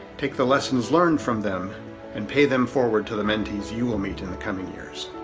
take the lessons learned from them and pay them forward to the mentees you will meet in the coming years.